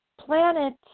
Planet